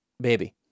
baby